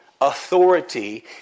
authority